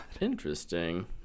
Interesting